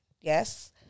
yes